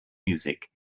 music